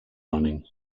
running